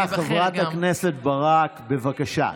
חברת הכנסת ברק, בבקשה.